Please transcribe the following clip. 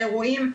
לאירועים,